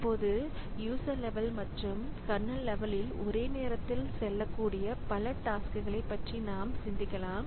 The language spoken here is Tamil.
இப்போது யூசர் லெவல் மற்றும் கர்னல் லெவலில் ஒரே நேரத்தில் செல்லக்கூடிய பல டாஸ்க்களைப் பற்றி நாம் சிந்திக்கலாம்